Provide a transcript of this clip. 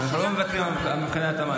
אנחנו לא מוותרים על מבחני התאמה.